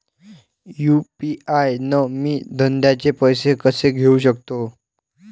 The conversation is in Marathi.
यू.पी.आय न मी धंद्याचे पैसे कसे देऊ सकतो?